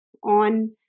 on